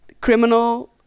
criminal